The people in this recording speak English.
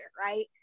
right